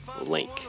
link